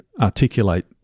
articulate